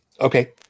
okay